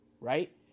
right